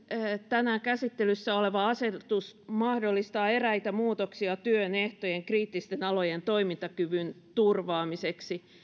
tänään käsittelyssä oleva asetus mahdollistaa eräitä muutoksia työn ehtoihin kriittisten alojen toimintakyvyn turvaamiseksi